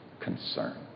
concern